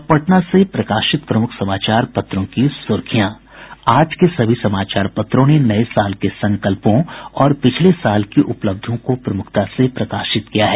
अब पटना से प्रकाशित प्रमुख समाचार पत्रों की सुर्खियां आज के सभी समाचार पत्रों ने नये साल के संकल्पों और पिछले साल की उपलब्धियों को प्रमुखता से प्रकाशित किया है